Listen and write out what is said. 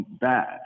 bad